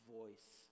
voice